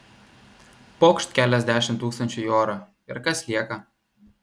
pokšt keliasdešimt tūkstančių į orą ir kas lieka